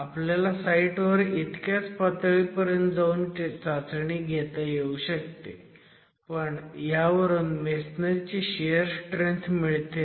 आपल्याला साईटवर इतक्याच पातळीपर्यंत जाऊन चाचणी घेता येऊ शकते पण ह्यावरून मेसनरी ची शियर स्ट्रेंथ मिळतेच